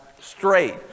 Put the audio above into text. straight